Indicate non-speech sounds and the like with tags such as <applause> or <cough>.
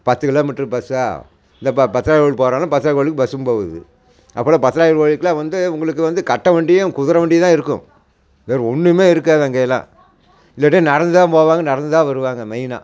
பத்து கிலோமீட்டர் பஸ்ஸா இந்த இப்போ பத்ரகாளி கோவில் போகிறதுனா பத்ரகாளி கோவிலுக்கு பஸ்ஸும் போகுது அப்புறம் <unintelligible> கோயிலுக்கு எல்லாம் வந்து உங்களுக்கு வந்து கட்ட வண்டியும் குதிர வண்டியும் தான் இருக்கும் வேறு ஒன்றுமே இருக்காது அங்கயெல்லாம் இல்லாட்டி நடந்து தான் போவாங்க நடந்து தான் வருவாங்க மெயினாக